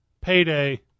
payday